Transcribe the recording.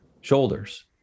shoulders